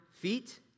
feet